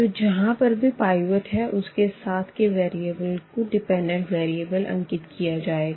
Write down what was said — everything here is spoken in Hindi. तो जहाँ पर भी पावत है उसके साथ के वेरिएबल को डिपेंडेंट वेरिएबल अंकित किया जायेगा